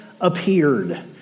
appeared